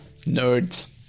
nerds